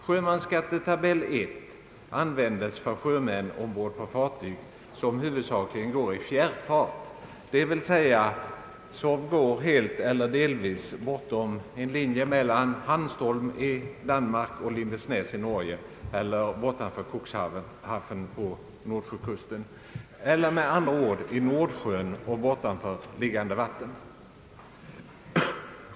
Sjömansskattetabell I användes för sjömän ombord på fartyg som huvudsakligen går i fjärrfart, dvs. helt eller delvis bortom en linje mellan Hanstholm i Danmark och Lindesnes i Norge eller bortom Cuxhaven, med andra ord i Nordsjön och längre bort belägna farvatten.